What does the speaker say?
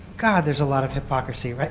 god, there's a lot of hypocrisy.